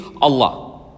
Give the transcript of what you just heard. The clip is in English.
Allah